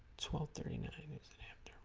swell thirty nine